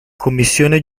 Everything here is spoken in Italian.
commissione